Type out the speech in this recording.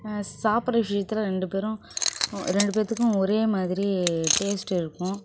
சாப்பிட்ற விஷயத்தில் ரெண்டு பேரும் ரெண்டு பேத்துக்கும் ஒரே மாதிரி டேஸ்ட் இருக்கும்